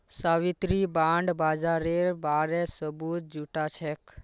Savitri bond बाजारेर बारे सबूत जुटाछेक